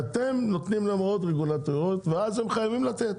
אתם נותנים את ההוראות ואז הם חייבים לתת,